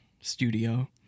Studio